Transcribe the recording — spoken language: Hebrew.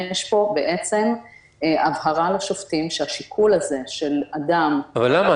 יש פה הבהרה לשופטים שהשיקול הזה של אדם שנמצא כרגע --- אבל למה?